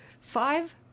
Five